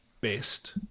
best